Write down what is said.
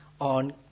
on